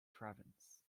province